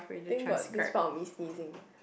think got this part of me sneezing